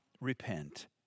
repent